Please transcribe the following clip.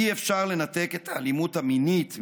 אי-אפשר לנתק את האלימות המינית,